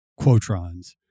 Quotrons